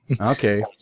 Okay